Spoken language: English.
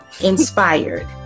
Inspired